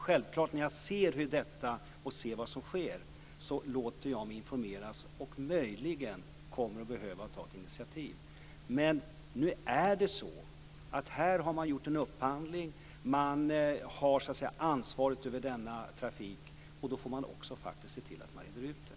När jag ser vad som sker låter jag mig självklart informeras och kommer möjligen att behöva ta ett initiativ. Nu är det så att här har man gjort en upphandling. Man har ansvaret över denna trafik. Då får man också se till att man reder ut den.